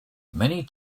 many